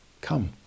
Come